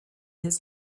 his